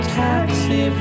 taxi